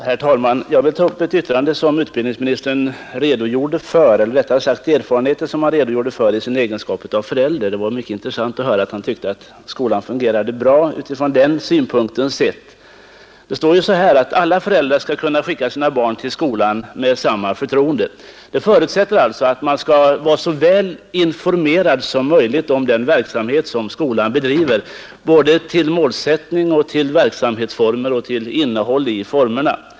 Herr talman! Jag vill ta upp de erfarenheter som utbildningsministern i sin egenskap av förälder gjort och som han redogjorde för. Det var mycket intressant att höra att han tycker att skolan fungerar bra utifrån den synpunkten sett. Alla föräldrar skall kunna skicka sina barn till skolan med samma förtroende, heter det. Det förutsätter att man skall vara så väl informerad som möjligt om den verksamhet som skolan bedriver, både vad det gäller målsättning, verksamhetsformer och innehåll.